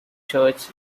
church